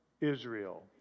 Israel